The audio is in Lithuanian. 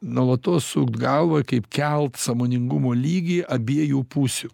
nuolatos sukt galvą kaip kelt sąmoningumo lygį abiejų pusių